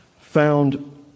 found